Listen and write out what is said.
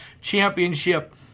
championship